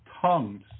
tongues